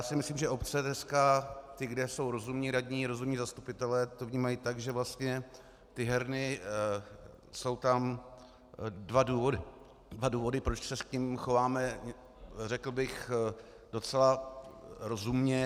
Myslím si, že obce dneska, ty, kde jsou rozumní radní, rozumní zastupitelé, to vnímají tak, že vlastně ty herny jsou tam dva důvody, proč se k nim chováme, řekl bych, docela rozumně.